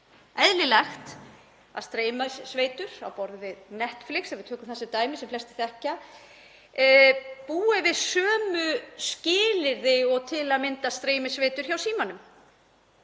auðvitað eðlilegt að streymisveitur á borð við Netflix, ef við tökum það sem dæmi sem flestir þekkja, búi við sömu skilyrði og til að mynda streymisveitur hjá Símanum.